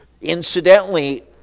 Incidentally